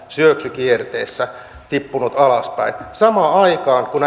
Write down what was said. syöksykierteessä tippunut alaspäin neljäkymmentäneljä prosenttia samaan aikaan kun